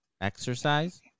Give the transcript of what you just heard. exercise